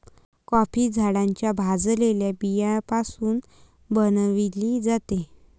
coffee झाडाच्या भाजलेल्या बियाण्यापासून बनविली जाते